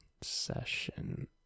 session